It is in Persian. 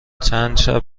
چندشب